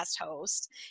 host